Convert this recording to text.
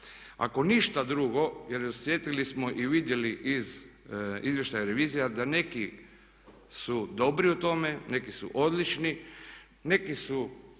Ako ništa drugo jer osjetili smo i vidjeli iz izvještaja revizija da neki su dobri u tome, neki su odlični, neki su